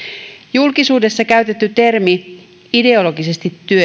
julkisuudessa käytetty termi ideologisesti